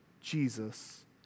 Jesus